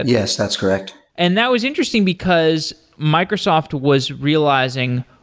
and yes, that's correct. and that was interesting, because microsoft was realizing,